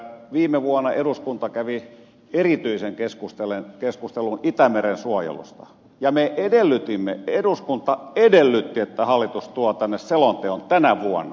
viime vuonna eduskunta kävi erityisen keskustelun itämeren suojelusta ja me edellytimme eduskunta edellytti että hallitus tuo tänne selonteon tänä vuonna